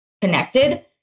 connected